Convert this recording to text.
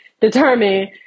determine